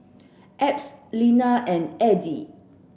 Ebb Linna and Eddie